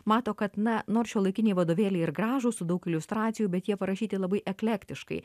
mato kad na nors šiuolaikiniai vadovėliai ir gražūs su daug iliustracijų bet jie parašyti labai eklektiškai